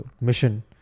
mission